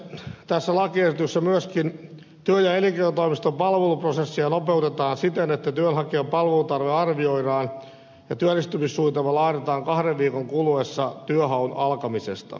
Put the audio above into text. tässä lakiehdotuksessa myöskin työ ja elinkeinotoimiston palveluprosessia nopeutetaan siten että työnhakijan palveluntarve arvioidaan ja työllistymissuunnitelma laaditaan kahden viikon kuluessa työnhaun alkamisesta